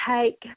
take